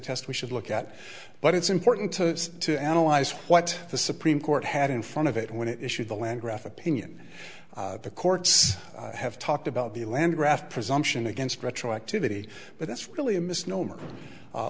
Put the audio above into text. test we should look at but it's important to analyze what the supreme court had in front of it when it issued the land graph opinion the courts have talked about the land graft presumption against retroactivity but that's really a misnomer